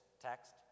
text